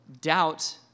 doubt